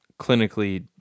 clinically